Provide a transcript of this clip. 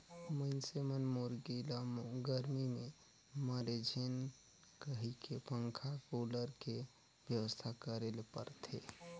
मइनसे मन मुरगी ल गरमी में मरे झेन कहिके पंखा, कुलर के बेवस्था करे ले परथे